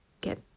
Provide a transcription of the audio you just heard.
get